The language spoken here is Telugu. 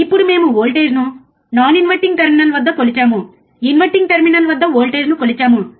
ఇప్పుడు మేము వోల్టేజ్ను నాన్ ఇన్వర్టింగ్ టెర్మినల్ వద్ద కొలిచాము ఇన్వర్టింగ్ టెర్మినల్ వద్ద వోల్టేజ్ను కొలిచాము